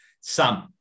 Sam